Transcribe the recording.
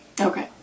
Okay